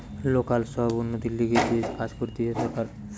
local সব উন্নতির লিগে যে কাজ করতিছে সরকার